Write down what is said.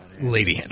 Lady